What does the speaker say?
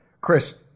Chris